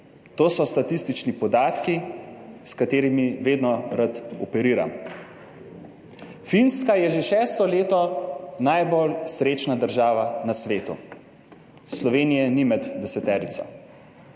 To so statistični podatki, s katerimi vedno rad operiram. Finska je že šesto leto najbolj srečna država na svetu, Slovenije ni med deseterico.